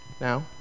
now